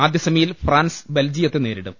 ആദ്യ സെമിയിൽ ഫ്രാൻസ് ബെൽജിയത്തെ നേരിടും